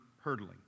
hurdling